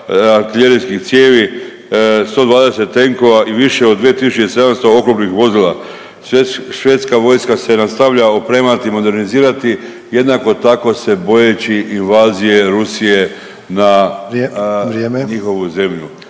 artiljerijskih cijevi, 120 tenkova i više od 2.700 oklopnih vozila. Švedska vojska se nastavlja opremati i modernizirani jednako tako se bojeći invazije Rusije na …/Upadica: